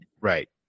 Right